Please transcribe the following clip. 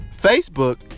Facebook